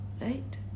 right